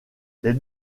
les